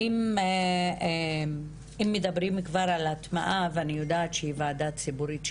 אם מדברים כבר על הטמעה ואני יודעת שזאת ועדה ציבורית שמייעצת,